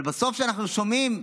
אבל בסוף כשאנחנו שומעים,